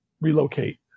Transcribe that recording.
relocate